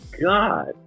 god